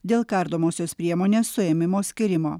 dėl kardomosios priemonės suėmimo skyrimo